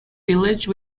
village